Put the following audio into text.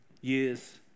years